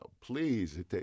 Please